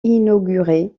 inauguré